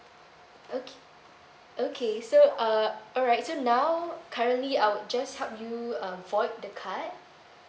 oka~ okay so uh alright so now currently I'd just help you uh void the card